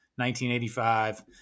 1985